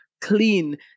clean